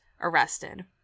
arrested